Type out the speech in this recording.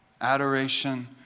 Adoration